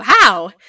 Wow